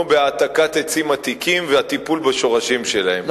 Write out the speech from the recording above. בהעתקת עצים עתיקים והטיפול בשורשים שלהם,